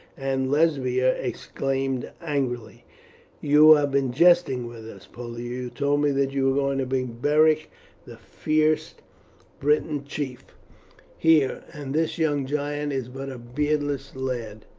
and lesbia exclaimed angrily you have been jesting with us, pollio. you told me that you were going to bring beric the fierce british chief here, and this young giant is but a beardless lad.